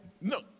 No